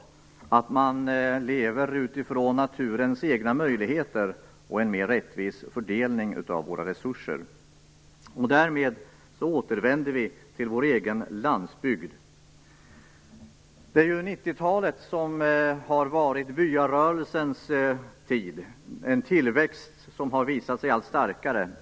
Man vill leva utifrån naturens egna möjligheter och utifrån en mer rättvis fördelning av våra resurser. Därmed återvänder vi till vår egen landsbygd. 90 talet har ju varit byarörelsens tid. Tillväxten har visat sig vara allt starkare.